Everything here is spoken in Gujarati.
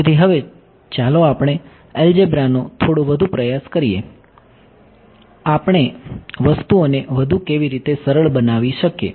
તેથી હવે ચાલો આપણે એલ્જેબ્રા નો થોડો વધુ પ્રયાસ કરીએ કે આપણે વસ્તુઓને વધુ કેવી રીતે સરળ બનાવી શકીએ